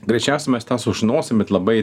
greičiausiai mes tą sužinosim bet labai